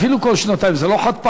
אפילו כל שנתיים, זה לא חד-פעמי?